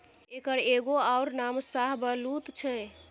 एकर एगो अउर नाम शाहबलुत छै